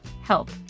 Help